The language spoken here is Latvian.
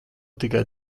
tikai